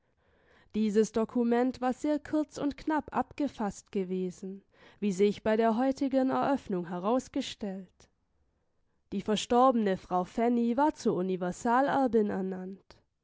dieses dokument war sehr kurz und knapp abgefaßt gewesen wie sich bei der heutigen eröffnung herausgestellt die verstorbene frau fanny war zur universalerbin ernannt